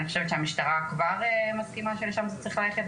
אני חושבת שהמשטרה כבר מסכימה שלשם זה צריך ללכת,